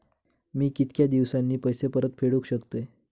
मी कीतक्या दिवसांनी पैसे परत फेडुक शकतय?